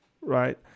right